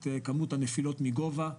את כמות הנפילות מגובה,